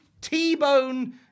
T-bone